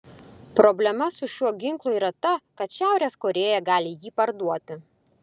problema su šiuo ginklu yra ta kad šiaurės korėja gali jį parduoti